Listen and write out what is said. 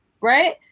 right